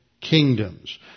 kingdoms